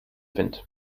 wind